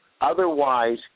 otherwise